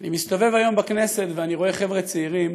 אני מסתובב היום בכנסת ואני רואה חבר'ה צעירים